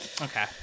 Okay